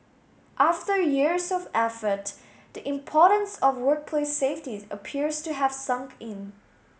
after years of effort the importance of workplace safety appears to have sunk in